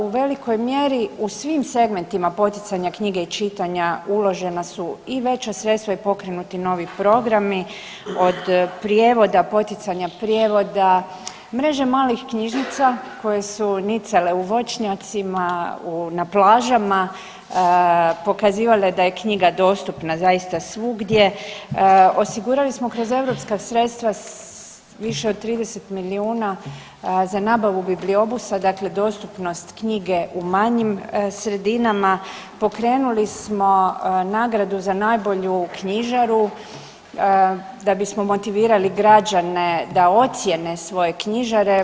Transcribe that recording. U velikoj mjeri u svim segmentima poticanja knjige i čitanja uložena su i veća sredstva i pokrenuti novi programi od prijevoda, poticanja prijevoda, mreže malih knjižnica koje su nicale u voćnjacima, na plažama, pokazivale da je knjiga dostupna zaista svugdje, osigurali smo kroz europska sredstva više od 30 milijuna za nabavu bibliobusa, dakle dostupnost knjige u manjim sredinama, pokrenuli smo nagradu za najbolju knjižaru da bismo motivirali građane da ocijene svoje knjižare.